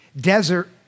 Desert